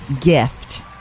gift